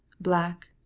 black